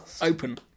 open